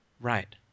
Right